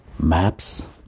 Maps